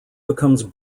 becomes